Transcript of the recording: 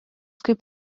kaip